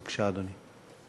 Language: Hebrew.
בבקשה, אדוני.